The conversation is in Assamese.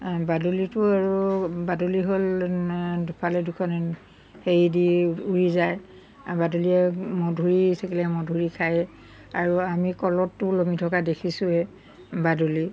বাদুলিটো আৰু বাদুলি হ'ল দুফালে দুখন হেৰি দি উৰি যায় বাদুলিয়ে মধুৰী থাকিলে মধুৰী খায় আৰু আমি কলততো ওলমি থকা দেখিছোৱে বাদুলি